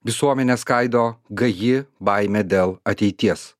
visuomenę skaido gaji baimė dėl ateities